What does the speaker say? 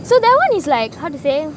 so that one is like how to say